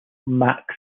max